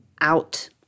out